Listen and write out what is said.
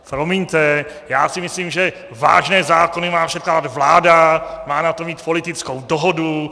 Promiňte, já si myslím, že vážné zákony má předkládat vláda, má na to mít politickou dohodu.